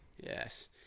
Yes